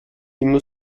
immer